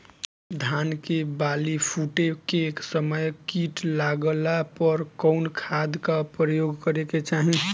धान के बाली फूटे के समय कीट लागला पर कउन खाद क प्रयोग करे के चाही?